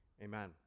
Amen